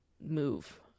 move